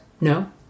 No